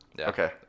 Okay